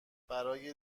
برای